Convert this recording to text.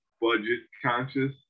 budget-conscious